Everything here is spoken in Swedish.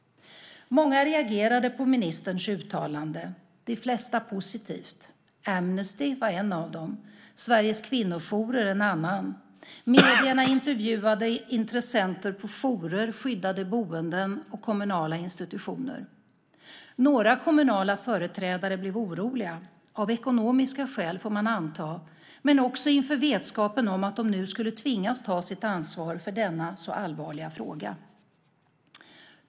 Många reagerade på ministerns uttalande, de flesta positivt. Amnesty var en av dem, Sveriges kvinnojourer en annan. Medierna intervjuade intressenter på jourer, skyddade boenden och kommunala institutioner. Några kommunala företrädare blev oroliga, av ekonomiska skäl får man anta men också inför vetskapen om att de nu skulle tvingas ta sitt ansvar för denna så allvarliga fråga.